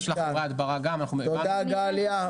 תודה גליה.